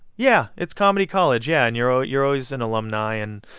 yeah. it's comedy college, yeah, and you're ah you're always an alumni. and,